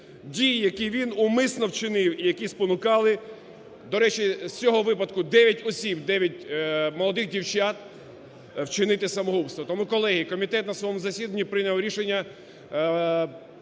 дії, які він умисно вчинив і які спонукали, до речі, з цього випадку, 9 осіб, 9 молодих дівчат, вчинити самогубство. Тому, колеги, комітет на своєму засіданні прийняв рішення